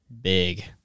big